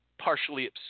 partially